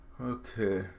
okay